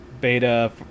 Beta